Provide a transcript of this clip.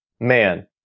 man